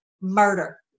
murder